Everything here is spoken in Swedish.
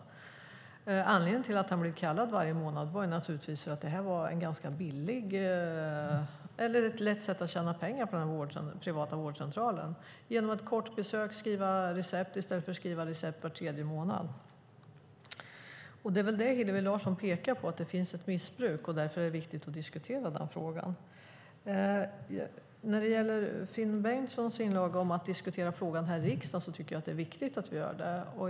Anledningen till att han blev kallad varje månad var naturligtvis att det var ett lätt sätt för den privata vårdcentralen att tjäna pengar. Vid ett kort besök skrev man recept i stället för att skriva recept var tredje månad. Det är väl det som Hillevi Larsson pekar på, att det finns ett missbruk. Därför är det viktigt att diskutera frågan. När det gäller Finn Bengtssons inlägg om att diskutera frågan här i riksdagen vill jag säga att jag tycker att det är viktigt att vi gör det.